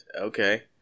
okay